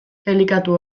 elikatu